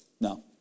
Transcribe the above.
no